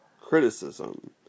Criticism